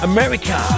America